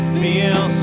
feel